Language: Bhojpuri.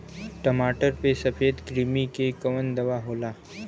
टमाटर पे सफेद क्रीमी के कवन दवा होला?